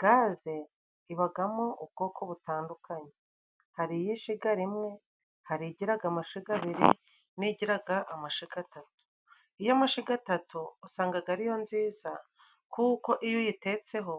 Gaze ibagamo ubwoko butandukanye hari iy'ishiga rimwe, hari igiraga amashiga abiri, n'igiraga amashiga atatu, iy'amashiga atatu usangaga ariyo nziza kuko iyo uyitetseho